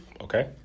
Okay